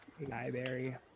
Library